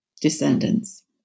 descendants